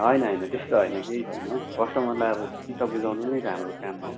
होइन होइन त्यस्तो होइन केही छैन कस्टमरलाई अब चित्त बझाउनु नै त हाम्रो काम हो